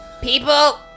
people